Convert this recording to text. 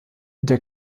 der